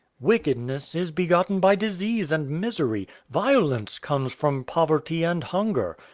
wickedness is begotten by disease and misery. violence comes from poverty and hunger.